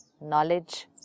knowledge